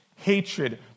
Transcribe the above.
Hatred